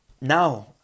Now